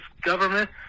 government